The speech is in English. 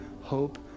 hope